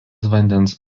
vandens